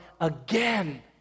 again